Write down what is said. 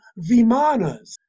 Vimanas